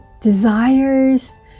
desires